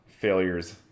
failures